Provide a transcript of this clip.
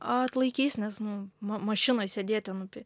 atlaikys nes nu mašinoj sėdėti nu tai